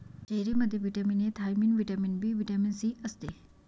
चेरीमध्ये vitamin A, thiamine, vitamin B, vitamin C असते